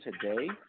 today